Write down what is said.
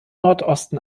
nordosten